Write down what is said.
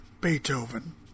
Beethoven